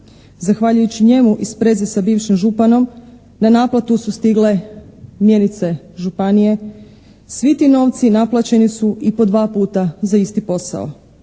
Zahvaljujući njemu i sprezi sa bivšim županom na naplatu su stigle mjenice županije. Svi to novci naplaćeni su i po dva puta za isti posao.